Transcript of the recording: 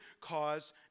cause